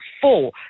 four